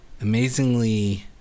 amazingly